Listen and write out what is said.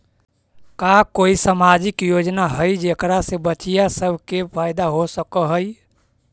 का कोई सामाजिक योजना हई जेकरा से बच्चियाँ सब के फायदा हो सक हई?